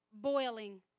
boiling